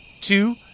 two